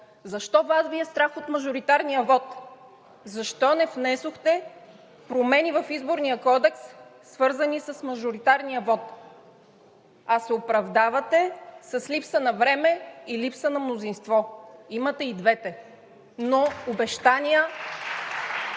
Защо Вас Ви е страх от мажоритарния вот? Защо не внесохте промени в Изборния кодекс, свързани с мажоритарния вот, а се оправдавате с липса на време и липса на мнозинство? Имате и двете, но обещания